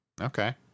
Okay